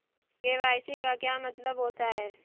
KYC का क्या मतलब होता है?